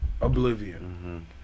oblivion